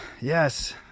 Yes